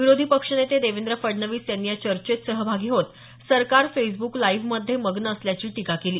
विरोधी पक्षनेते देवेंद्र फडणवीस यांनी या चर्चेत सहभागी होत सरकार फेसब्क लाईव्हमध्ये मग्न असल्याची टीका केली